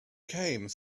came